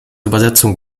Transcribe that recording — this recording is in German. übersetzung